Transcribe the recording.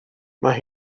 mae